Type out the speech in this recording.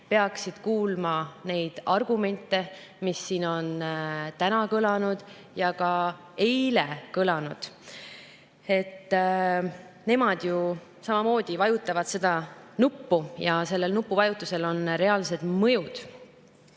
peaksid kuulma neid argumente, mis siin on täna kõlanud ja ka eile kõlasid. Nemad ju samamoodi vajutavad seda nuppu ja sellel nupuvajutusel on reaalsed mõjud.